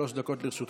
שלוש דקות לרשותך.